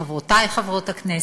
חברותי חברות הכנסת,